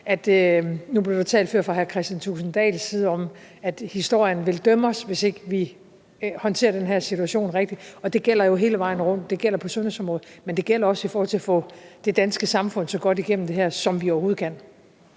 nu blev der talt om det før fra hr. Kristian Thulesen Dahls side – at historien vil dømme os, hvis ikke vi håndterer den her situation rigtigt. Det gælder jo hele vejen rundt. Det gælder på sundhedsområdet, men det gælder også i forhold til at få det danske samfund så godt igennem det her, som vi overhovedet kan.